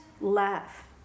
laugh